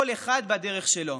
כל אחד בדרך שלו,